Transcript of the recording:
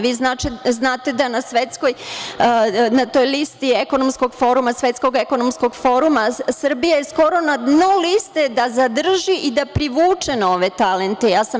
Vi znate da na svetskoj, na toj listi ekonomskog foruma, svetskog ekonomskog foruma, Srbija je skoro na dnu liste da zadrži i da privuče nove talante.